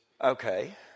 Okay